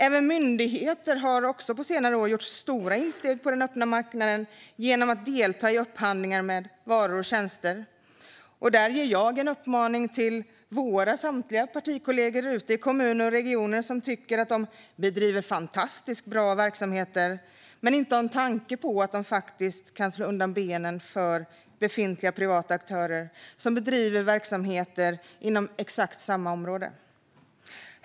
Även myndigheter har på senare år gjort stora insteg på den öppna marknaden genom att delta i upphandlingar med varor och tjänster. Där ger jag en uppmaning till samtliga våra partikollegor ute i kommuner och regioner som tycker att de bedriver fantastiskt bra verksamheter men inte har en tanke på att de faktiskt kan slå undan benen för befintliga privata aktörer som bedriver verksamheter inom exakt samma område.